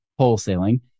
wholesaling